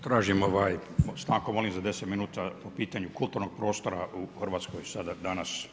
Tražim stanku molim za 10 minuta po pitanju kulturnog prostora u Hrvatskoj, sada, danas.